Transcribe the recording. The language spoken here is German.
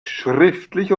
schriftlich